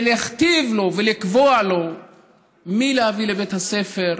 ולהכתיב לו ולקבוע לו מי להביא לבית הספר,